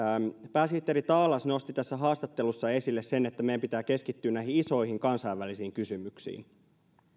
pääsihteeri taalas nosti tässä haastattelussa esille sen että meidän pitää keskittyä näihin isoihin kansainvälisiin kysymyksiin